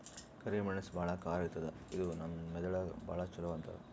ಕರಿ ಮೆಣಸ್ ಭಾಳ್ ಖಾರ ಇರ್ತದ್ ಇದು ನಮ್ ಮೆದಳಿಗ್ ಭಾಳ್ ಛಲೋ ಅಂತಾರ್